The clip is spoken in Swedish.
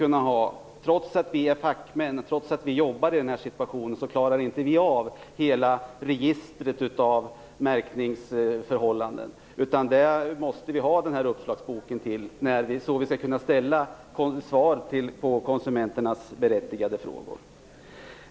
Trots att de är fackmän och jobbar med dessa saker klarar de inte av hela registret av märkningar. De måste ha uppslagsboken så att de kan svara på konsumenternas berättigade frågor.